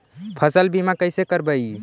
फसल बीमा कैसे करबइ?